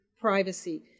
privacy